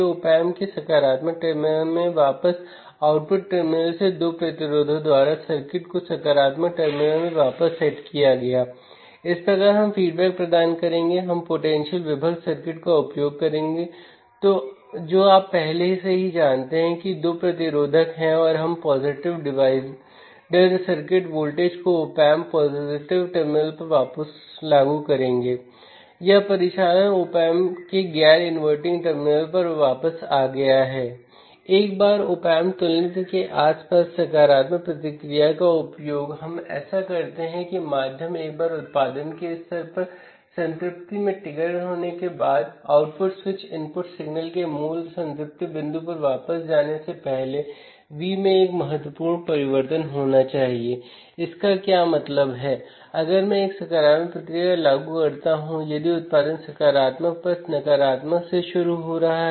तो इसका लाभ एक इंटर्नल एक्सटर्नल प्रतिरोधों द्वारा सटीक रूप से निर्धारित किया जा सकता है अतिरिक्त इनपुट बफर स्टेज़ों को जोड़ने से पूर्ववर्ती स्टेज के साथ एम्पलीफायर का मिलान करना आसान हो जाता है